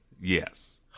Yes